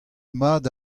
mat